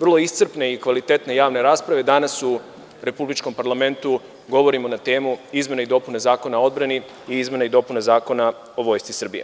vrlo iscrpne i kvalitetne javne rasprave, danas u republičkom parlamentu govorimo na temu izmena i dopuna Zakona o odbrani i izmena i dopuna Zakona o Vojsci Srbije.